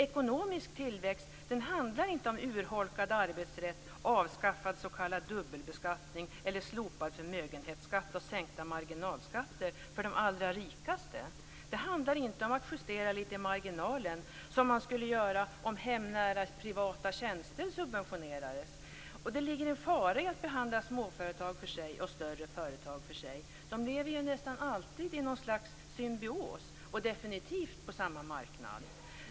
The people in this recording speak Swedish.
Ekonomisk tillväxt handlar inte om urholkad arbetsrätt, avskaffad s.k. dubbelbeskattning eller slopad förmögenhetsskatt och sänkta marginalskatter för de allra rikaste. Det handlar inte om att justera lite i marginalen som man skulle göra om hemnära, privata tjänster subventionerades. Det ligger också en fara i att behandla småföretag för sig och större företag för sig. De lever ju nästan alltid i ett slags symbios, och definitiv på samma marknad.